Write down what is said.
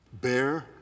Bear